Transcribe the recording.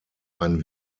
ein